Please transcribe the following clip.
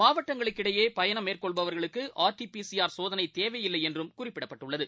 மாவட்டங்களுக்கிடையே பயணம் மேற்கொள்பவர்களுக்கு RTPCR சோதனைதேவையில்லைஎன்றும் குறிப்பிடப்பட்டுள்ளது